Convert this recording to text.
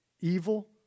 evil